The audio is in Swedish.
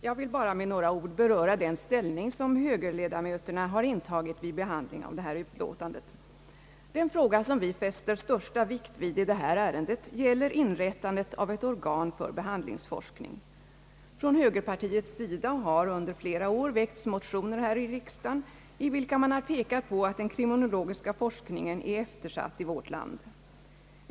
Herr talman! Jag vill med några ord beröra den ställning som högerledamöterna intagit vid behandlingen av föreliggande utlåtande. Den fråga som vi fäster den största vikten vid i detta ärende gäller inrättande av ett organ för behandlingsforskning. Från högerpartiets sida har under flera år väckts motioner här i riksdagen, i vilka man pekar på att den kriminologiska forskningen är eftersatt i vårt land.